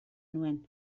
nuen